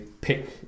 pick